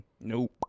nope